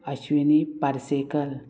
Ashwini Parsekar